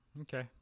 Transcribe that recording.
Okay